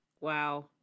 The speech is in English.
Wow